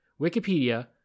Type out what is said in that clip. Wikipedia